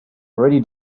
already